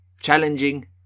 challenging